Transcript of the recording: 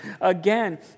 Again